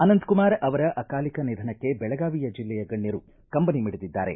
ಅನಂತಕುಮಾರ ಅವರ ಅಕಾಲಿಕ ನಿಧನಕ್ಕೆ ಬೆಳಗಾವಿ ಜಿಲ್ಲೆಯಗಣ್ಣರು ಕಂಬನಿ ಮಿಡಿದಿದ್ದಾರೆ